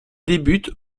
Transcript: débute